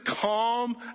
calm